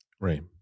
Right